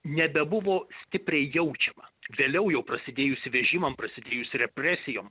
nebebuvo stipriai jaučiama vėliau jau prasidėjus vežimam prasidėjus represijom